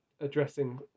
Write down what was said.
addressing